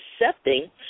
accepting